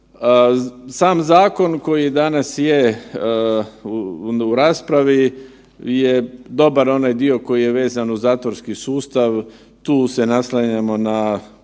Sam zakon koji danas je u raspravi je dobar onaj dio koji je vezan uz zatvorski sustav, tu se naslanjamo na